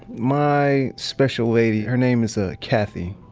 my special lady, her name is ah cathy,